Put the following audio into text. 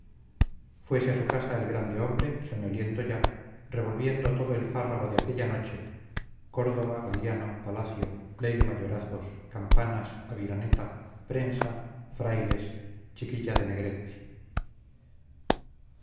fuese a su casa el grande hombre soñoliento ya revolviendo todo el fárrago de aquella noche córdoba galiano palacio ley de mayorazgos campanas aviraneta prensa frailes chiquilla de negretti